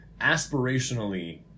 aspirationally